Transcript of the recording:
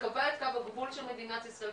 שקבע את קו הגבול של מדינת ישראל,